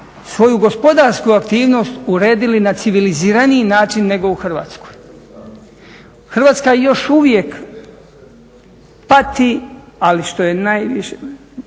svoju gospodarsku aktivnost uredili na civiliziraniji način nego u Hrvatskoj. Hrvatska još uvijek pati ali što je najviše,